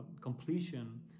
completion